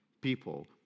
people